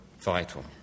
vital